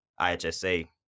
IHSA